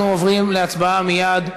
אנחנו עוברים להצבעה, מייד,